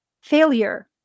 failure